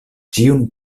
ĉiun